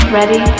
Ready